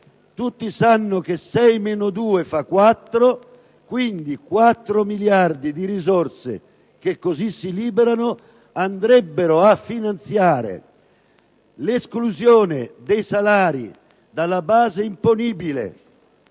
Tutti sanno che 6 meno 2 fa 4, quindi 4 miliardi di euro di risorse che così si liberano andrebbero a finanziare l'esclusione dei salari dalla base imponibile